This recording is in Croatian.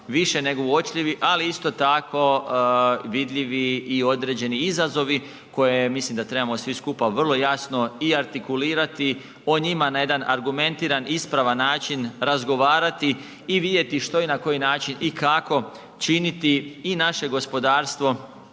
više nego uočljivi ali isto tako vidljivi i određeni izazovi koje mislim da trebamo svi skupa vrlo jasno i artikulirati o njima na jedan argumentiran, ispravan način razgovarati i vidjeti što i na koji način i kako činiti i naše gospodarstvo